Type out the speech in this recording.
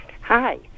hi